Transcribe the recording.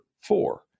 four